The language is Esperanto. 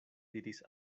diris